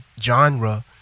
genre